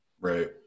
right